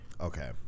Okay